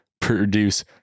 produce